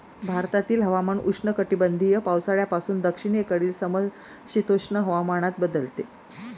भारतातील हवामान उष्णकटिबंधीय पावसाळ्यापासून दक्षिणेकडील समशीतोष्ण हवामानात बदलते